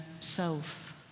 self